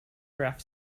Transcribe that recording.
graph